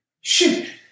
Shoot